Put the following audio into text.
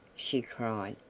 she cried.